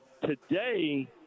today